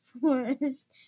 forest